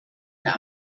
der